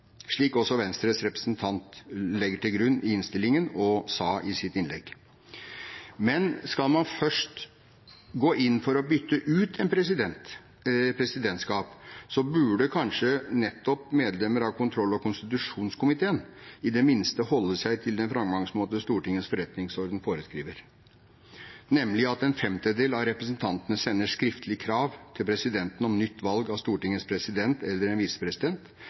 slik også Venstres representant legger til grunn i innstillingen og sa i sitt innlegg. Skal man først gå inn for å bytte ut en president eller et presidentskap, burde kanskje nettopp kontroll- og konstitusjonskomiteens medlemmer i det minste holde seg til den framgangsmåte Stortingets forretningsorden foreskriver, nemlig at en femtedel av representantene sender skriftlig krav til presidenten om nytt valg av Stortingets president eller en visepresident.